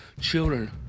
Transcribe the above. children